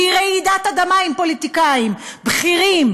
והיא רעידת אדמה, אם פוליטיקאים בכירים,